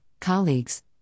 colleagues